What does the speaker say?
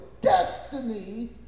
destiny